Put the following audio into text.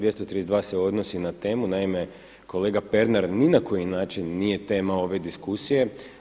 232. se odnosi na temu, naime kolega Pernar ni na koji način nije tema ove diskusije.